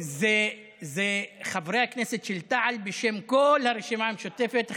זה חברי הכנסת של תע"ל בשם כל הרשימה המשותפת,